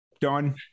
done